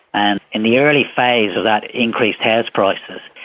and in the early phase of that increased house prices,